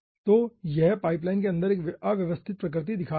तो यह पाइपलाइन के अंदर एक अव्यवस्थित प्रकृति दिखा रहा है